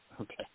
Okay